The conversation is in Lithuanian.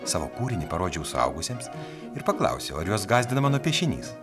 savo kūrinį parodžiau suaugusiems ir paklausiau ar juos gąsdina mano piešinys